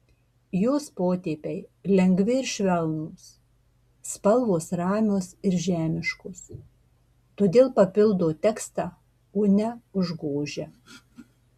jos potėpiai lengvi ir švelnūs spalvos ramios ir žemiškos todėl papildo tekstą o ne užgožia